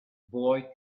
boy